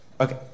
Okay